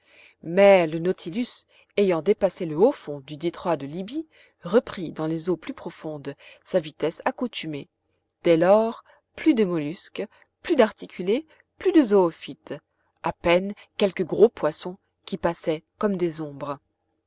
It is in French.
mais le nautilus ayant dépassé le haut fond du détroit de libye reprit dans les eaux plus profondes sa vitesse accoutumée dès lors plus de mollusques plus d'articulés plus de zoophytes a peine quelques gros poissons qui passaient comme des ombres